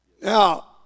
Now